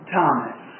Thomas